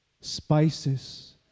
spices